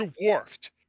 dwarfed